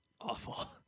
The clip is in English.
awful